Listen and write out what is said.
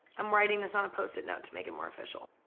i'm writing this on a post-it note to make it more official.